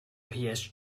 pierce